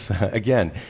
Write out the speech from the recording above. Again